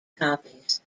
copies